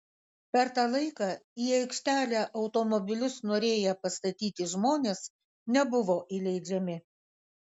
per tą laiką į aikštelę automobilius norėję pastatyti žmonės nebuvo įleidžiami